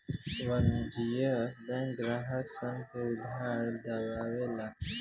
वाणिज्यिक बैंक ग्राहक सन के उधार दियावे ला